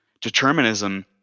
determinism